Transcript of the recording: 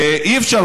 ואי-אפשר,